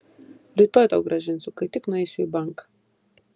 rytoj tau grąžinsiu kai tik nueisiu į banką